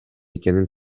экенин